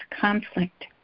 conflict